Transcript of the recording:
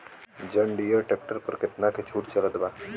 जंडियर tractor पर कितना के छूट चलत बा?